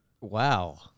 Wow